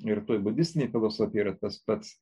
ir toj butistinėj filosofijoj yra tas pat